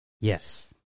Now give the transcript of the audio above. Yes